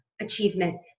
achievement